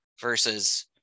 versus